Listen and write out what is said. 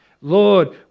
Lord